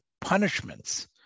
punishments